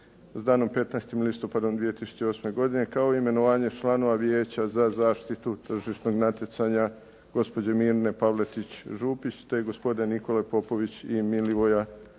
s danom 15. listopadom 2008. godine, kao i imenovanje članova Vijeća za zaštitu tržišnog natjecanja gospođe Mirne Pavletić Župić te gospode Nikole Popović i Milivoja